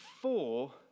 four